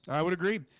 i would agree